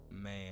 Man